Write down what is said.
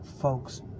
folks